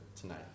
tonight